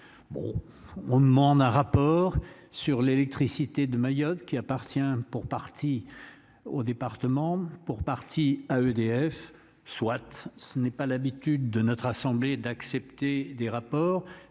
on demande un rapport sur l'électricité de Mayotte qui appartient pour partie au département pour partie à EDF Swat, ce n'est pas l'habitude de notre assemblée, d'accepter des rapports